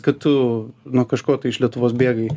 kad tu nuo kažko iš lietuvos bėgai